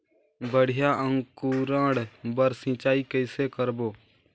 बढ़िया अंकुरण बर सिंचाई कइसे करबो?